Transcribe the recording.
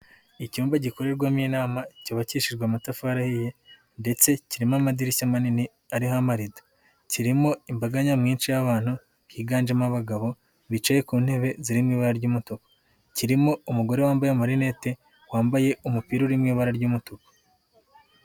Icyumba gikorerwamo inama cyubakishijwe amatafari ye ndetse kirimo amadirishya manini ariho amarido, kirimo imbaga nyamwinshi y'abantu higanjemo abagabo bicaye ku ntebe zirimo ibara ry'umutuku, kirimo umugore wambaye amarinete, wambaye umupira urimo ibara ry'umutuku.